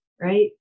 right